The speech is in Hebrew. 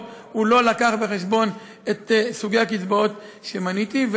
הובאו בחשבון סוגי הקצבאות שמניתי.